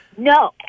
No